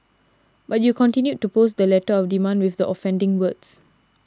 but you continued to post the letter of demand with the offending words